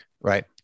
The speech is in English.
Right